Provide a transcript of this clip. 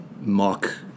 mock